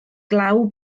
glaw